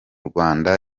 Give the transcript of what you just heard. rwanda